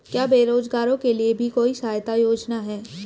क्या बेरोजगारों के लिए भी कोई सहायता योजना है?